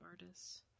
artists